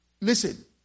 Listen